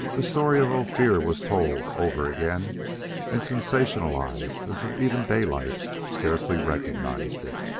the story of ophir was told over again and sensationalized until even daylight scarcely recognized it.